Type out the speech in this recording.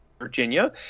Virginia